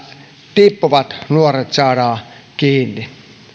tippuvat nuoret saadaan kiinni